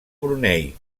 brunei